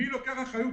מי לוקח אחריות?